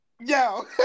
Yo